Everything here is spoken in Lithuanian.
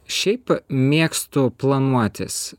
šiaip mėgstu planuotis